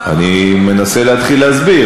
אני מנסה להתחיל להסביר.